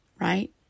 right